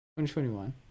2021